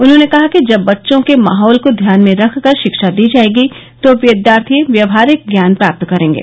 उन्होंने कहा कि जब बच्चों के माहौल को ध्यान में रखकर शिक्षा दी जायेगी तो विद्यार्थी व्यवहारिक ज्ञान प्राप्त करेंगे